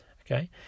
okay